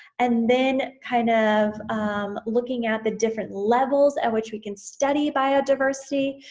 and then kind of um looking at the different levels at which we can study biodiversity,